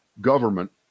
government